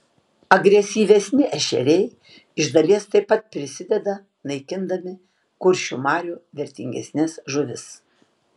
agresyvesni ešeriai iš dalies taip pat prisideda naikindami kuršių marių vertingesnes žuvis